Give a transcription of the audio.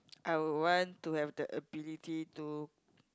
I will want to have the ability to